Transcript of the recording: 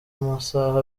amasaha